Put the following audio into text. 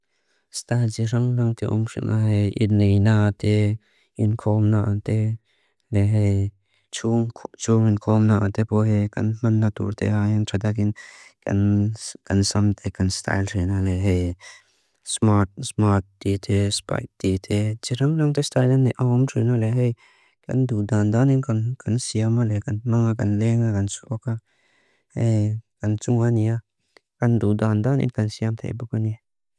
Þtahi txirraṃlaṃ te omxina he, idne i náate, in kóma naate, le he, txurraṃ kóma naate po he, kan man natúrte áyáng tradákin kan samte kan stáil trena le he, smárt títe, spáit títe, txirraṃlaṃ te stáilane áwom trena le he, kan dúdándáni kan siyáma le he, kan maa, kan lénga, kan tsúká, he, kan tsúngáni á, kan dúdándáni kan siyáma te ibukuné.